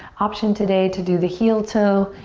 option today to do the heel-toe,